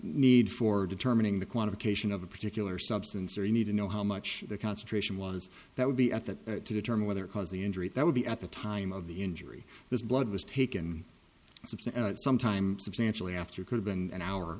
need for determining the qualification of a particular substance or you need to know how much the concentration was that would be at that to determine whether cause the injury that would be at the time of the injury this blood was taken some time substantially after could have been an hour